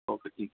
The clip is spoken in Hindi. ओके ठीक है